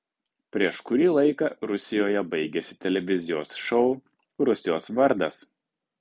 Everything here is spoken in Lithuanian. prieš kurį laiką rusijoje baigėsi televizijos šou rusijos vardas